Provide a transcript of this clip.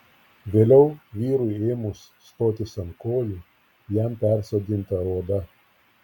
vėliau vyrui ėmus stotis ant kojų jam persodinta oda